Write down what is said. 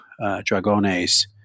Dragones